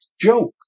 joke